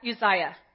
Uzziah